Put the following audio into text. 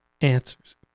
answers